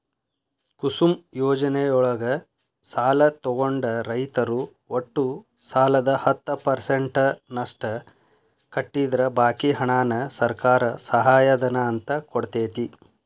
ಕುಸುಮ್ ಯೋಜನೆಯೊಳಗ ಸಾಲ ತೊಗೊಂಡ ರೈತರು ಒಟ್ಟು ಸಾಲದ ಹತ್ತ ಪರ್ಸೆಂಟನಷ್ಟ ಕಟ್ಟಿದ್ರ ಬಾಕಿ ಹಣಾನ ಸರ್ಕಾರ ಸಹಾಯಧನ ಅಂತ ಕೊಡ್ತೇತಿ